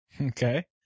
Okay